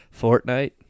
Fortnite